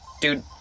Dude